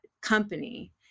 company